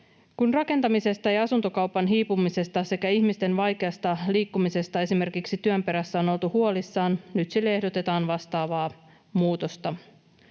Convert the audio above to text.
Kun rakentamisesta ja asuntokaupan hiipumisesta sekä ihmisten vaikeasta liikkumisesta esimerkiksi työn perässä on oltu huolissaan, nyt sille ehdotetaan vastaavaa muutosta.